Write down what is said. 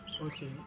Okay